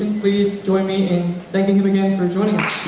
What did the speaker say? please join me in thanking him again for joining